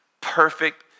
Perfect